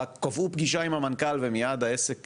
קבעו פגישה עם המנכ"ל ומיד העסק